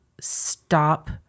stop